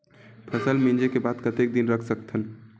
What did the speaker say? फसल मिंजे के बाद कतेक दिन रख सकथन?